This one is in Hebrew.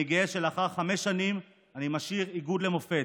אני גאה שלאחר חמש שנים אני משאיר איגוד למופת,